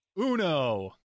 uno